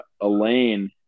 Elaine